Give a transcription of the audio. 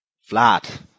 flat